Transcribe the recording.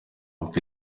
mfite